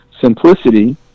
simplicity